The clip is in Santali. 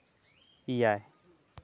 ᱮᱭᱟᱭ